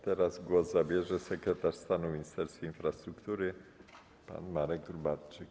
Teraz głos zabierze sekretarz stanu w Ministerstwie Infrastruktury pan Marek Gróbarczyk.